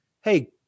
Hey